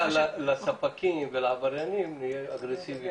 לספקים ולעבריינים נהיה אגרסיביים,